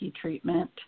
treatment